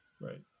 Right